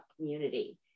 community